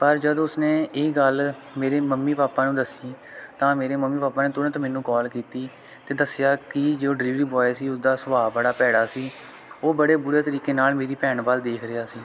ਪਰ ਜਦ ਉਸਨੇ ਇਹ ਗੱਲ ਮੇਰੇ ਮੰਮੀ ਪਾਪਾ ਨੂੰ ਦੱਸੀ ਤਾਂ ਮੇਰੇ ਮੰਮੀ ਪਾਪਾ ਨੇ ਤੁਰੰਤ ਮੈਨੂੰ ਕਾਲ ਕੀਤੀ ਅਤੇ ਦੱਸਿਆ ਕਿ ਜੋ ਡਿਲੀਵਰੀ ਬੋਆਏ ਸੀ ਉਸਦਾ ਸੁਭਾਅ ਬੜਾ ਭੈੜਾ ਸੀ ਉਹ ਬੜੇ ਬੁਰੇ ਤਰੀਕੇ ਨਾਲ ਮੇਰੀ ਭੈਣ ਵੱਲ ਦੇਖ ਰਿਹਾ ਸੀ